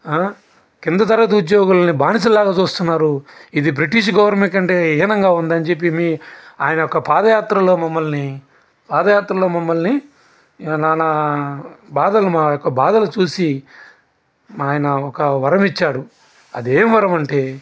కింద తరగతి ఉద్యోగులుని బానిసల్లాగా చూస్తున్నారు ఇది బ్రిటిష్ గవర్నమెంట్ కంటే హీనంగా ఉందని చెప్పి మీ ఆయనొక్క పాదయాత్రలో మమ్మల్ని పాదయాత్రలో మమ్మల్ని నానా బాధలు మా యొక్క బాధలు చూసి ఆయన ఒక వరం ఇచ్చాడు అది ఏం వరమంటే